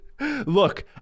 Look